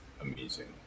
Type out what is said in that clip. amazing